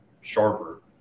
sharper